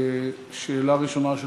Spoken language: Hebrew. שאילתה ראשונה של